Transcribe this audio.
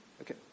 Okay